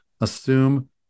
Assume